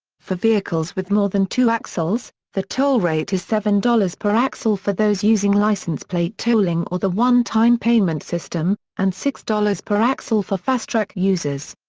for vehicles with more than two axles, the toll rate is seven dollars per axle for those using license plate tolling or the one time payment system, and six dollars per axle for fastrak users.